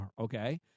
okay